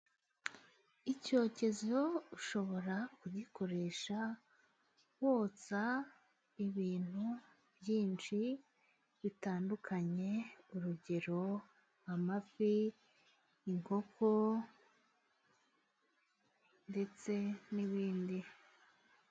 Icyokezo ushobora kugikoresha wotsa， ibintu byinshi bitandukanye. urugero: Amafi，inkoko ndetse n'ibindi.